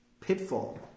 pitfall